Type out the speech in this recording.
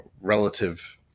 relative